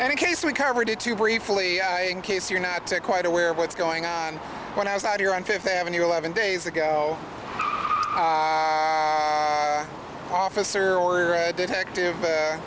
any case we covered it too briefly in case you're not quite aware of what's going on when i was out here on fifth avenue eleven days ago oh my officer or a detective